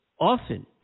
often